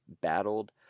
battled